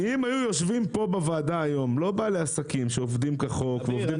אם היו יושבים פה בוועדה לא בעלי עסקים שעובדים כחוק ועובדים